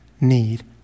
need